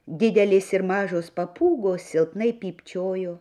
didelės ir mažos papūgos silpnai pypčiojo